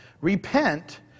Repent